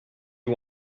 you